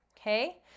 Okay